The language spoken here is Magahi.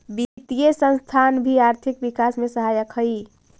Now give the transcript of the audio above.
वित्तीय संस्थान भी आर्थिक विकास में सहायक हई